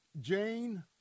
Jane